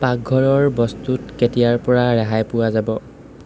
পাকঘৰৰ বস্তুত কেতিয়াৰপৰা ৰেহাই পোৱা যাব